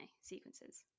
sequences